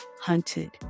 hunted